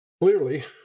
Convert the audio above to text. Clearly